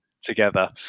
together